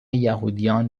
یهودیان